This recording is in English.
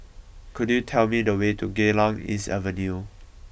could you tell me the way to Geylang East Avenue